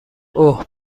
اوه